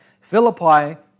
Philippi